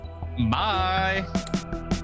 Bye